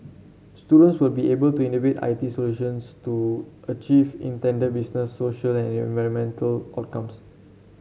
students will be able to innovate I T solutions to achieve intended business social and environmental outcomes